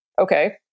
Okay